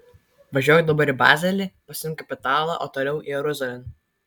važiuok dabar į bazelį pasiimk kapitalą o toliau jeruzalėn